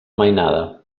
mainada